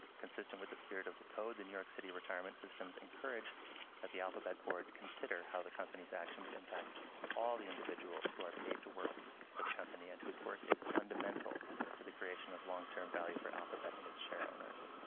consistent with the spirit of the code, the new york city retirement systems encourage that the alphabet board consider how the company's actions impact all the individuals who are paid to work for the company and whose work is fundamental to the creation of long-term value for alphabet and its share owners.